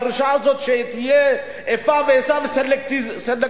הדרישה הזאת שתהיה איפה ואיפה ויהיה סלקטיביזם?